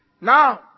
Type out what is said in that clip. now